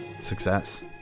Success